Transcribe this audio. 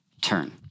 turn